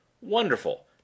Wonderful